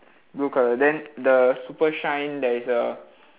blue colour then the super shine there is a